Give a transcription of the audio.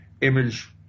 image